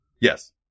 Yes